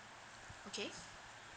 okay